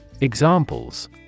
Examples